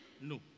no